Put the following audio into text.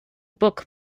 book